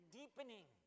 deepening